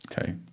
okay